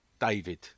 David